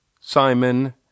Simon